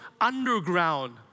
underground